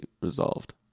resolved